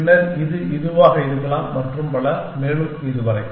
பின்னர் இது இதுவாக இருக்கலாம் மற்றும் பல மேலும் இதுவரை